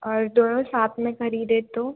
और दोनों साथ में खरीदें तो